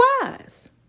wise